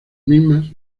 mismas